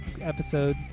episode